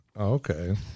Okay